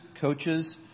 coaches